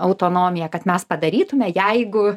autonomija kad mes padarytume jeigu